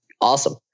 awesome